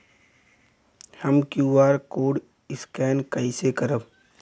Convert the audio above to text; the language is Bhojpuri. हम क्यू.आर कोड स्कैन कइसे करब?